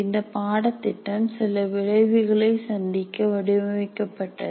இந்த பாடத்திட்டம் சில விளைவுகளை சந்திக்க வடிவமைக்கப்பட்டது